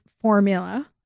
formula